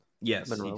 Yes